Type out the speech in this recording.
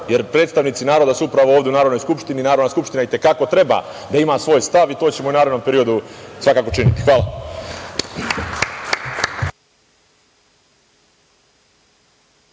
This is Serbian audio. jer predstavnici naroda su upravo ovde u Narodnoj skupštini, a Narodna skupština i te kako treba da ima svoj stav i to ćemo u narednom periodu svakako činiti. Hvala.